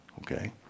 okay